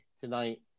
tonight